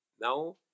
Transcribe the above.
Now